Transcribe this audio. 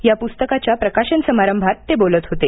या पुस्तकाच्या प्रकाशन समारंभात ते बोलत होते